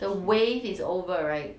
the wave is over right